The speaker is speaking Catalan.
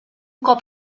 cop